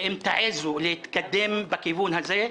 ואם תעיזו להתקדם בכיוון הזה,